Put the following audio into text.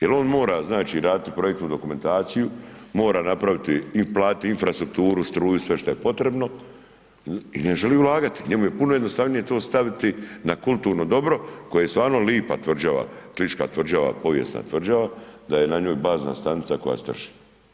Jer on mora znači raditi projektnu dokumentaciju, mora napraviti i platiti infrastrukturu struju, sve šta je potrebno i ne želi ulagati, njemu je puno jednostavnije to staviti na kulturno dobro koje je stvarno lipa tvrđava, Kliška tvrđava povijesna tvrđava da je na njoj bazna stanica koja strši.